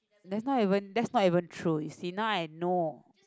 that's not even that's not even true you see now I know